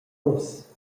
uss